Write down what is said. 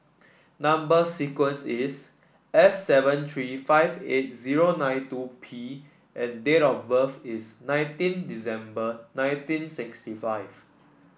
number sequence is S seven three five eight zero nine two P and date of birth is nineteen December nineteen sixty five